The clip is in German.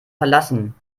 verlassen